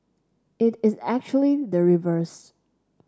it is actually the reverse